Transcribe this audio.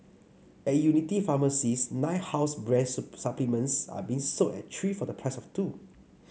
at Unity pharmacies nine house brand supplements are being sold at three for the price of two